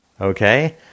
Okay